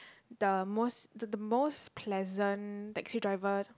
the most the the most pleasant taxi driver